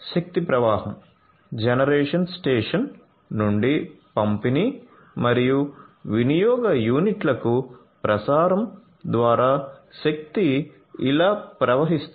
శక్తి ప్రవాహం generation station నుండి పంపిణీ మరియు వినియోగ యూనిట్లకు ప్రసారం ద్వారా శక్తి ఇలా ప్రవహిస్తుంది